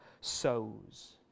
sows